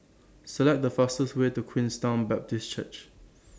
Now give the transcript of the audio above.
Select The fastest Way to Queenstown Baptist Church